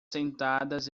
sentadas